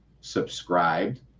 subscribed